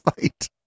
Fight